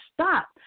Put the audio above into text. stop